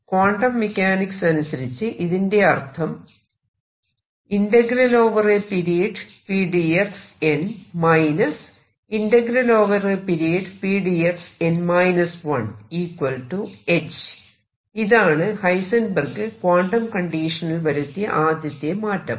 quantum mechanics അനുസരിച്ച് ഇതിന്റെ അർഥം ഇതാണ് ഹൈസെൻബെർഗ് ക്വാണ്ടം കണ്ടീഷനിൽ വരുത്തിയ ആദ്യത്തെ മാറ്റം